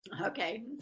Okay